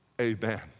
amen